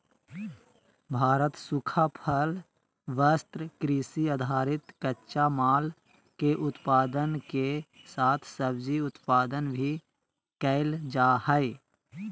भारत सूखा फल, वस्त्र, कृषि आधारित कच्चा माल, के उत्पादन के साथ सब्जी उत्पादन भी कैल जा हई